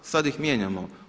Sad ih mijenjamo.